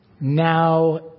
Now